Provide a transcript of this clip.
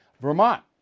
Vermont